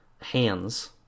hands